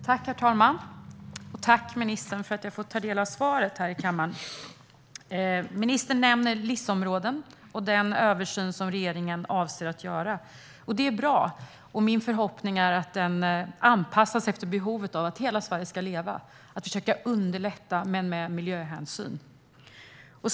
Herr talman! Jag tackar ministern för att jag får ta del av svaret i kammaren. Ministern nämner LIS-områden och den översyn regeringen avser att göra. Det är bra, och min förhoppning är att den anpassas efter behovet av att hela Sverige ska leva. Det handlar om att försöka underlätta - men med miljöhänsyn.